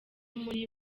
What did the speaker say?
muri